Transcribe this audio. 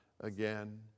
again